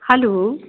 hello